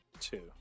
Two